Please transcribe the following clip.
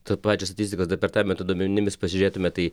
to pačio statistikos departamento duomenimis pasižiūrėtume tai